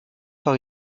par